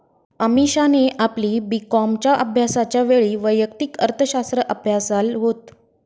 अमीषाने आपली बी कॉमच्या अभ्यासाच्या वेळी वैयक्तिक अर्थशास्त्र अभ्यासाल होत